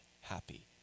happy